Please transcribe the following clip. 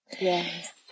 Yes